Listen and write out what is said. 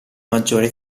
maggiore